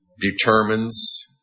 determines